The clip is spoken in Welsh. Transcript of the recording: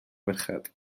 ferched